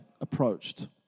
approached